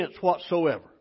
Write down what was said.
whatsoever